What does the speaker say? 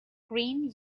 green